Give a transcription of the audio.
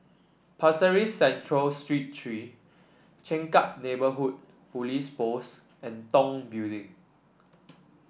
Pasir Ris Central Street Three Changkat Neighbourhood Police Post and Tong Building